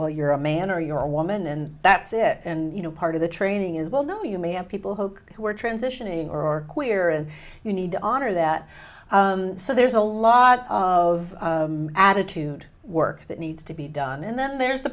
well you're a man or your woman and that's it and you know part of the training is well know you may have people who were transitioning or queer and you need to honor that so there's a lot of attitude work that needs to be done and then there's the